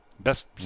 Best